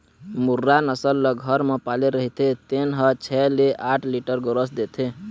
मुर्रा नसल ल घर म पाले रहिथे तेन ह छै ले आठ लीटर गोरस देथे